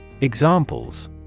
Examples